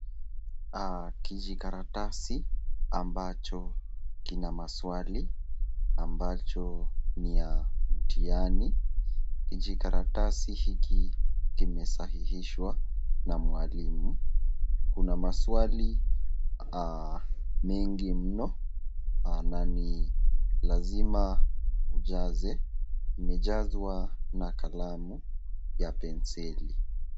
Kijikaratasi ambacho kina maswali ambacho ni ya mtihani. Kijikaratasi hiki kumesahihishwa na mwalimu. Kuna maswali mengi mno na ni lazima ujaze. Inajazwa na kalamu ya penseli.